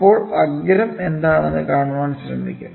അപ്പോൾ അഗ്രം എന്താണെന്ന് കാണാൻ ശ്രമിക്കും